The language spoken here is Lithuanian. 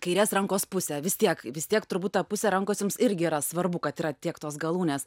kairės rankos pusę vis tiek vis tiek turbūt ta pusė rankos jums irgi yra svarbu kad yra tiek tos galūnės